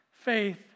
Faith